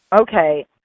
Okay